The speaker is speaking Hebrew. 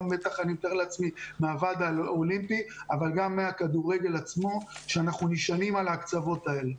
גם של הוועד האולימפי וגם מהכדורגל עצמו כי אנחנו נשענים מההקצבות האלה.